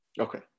Okay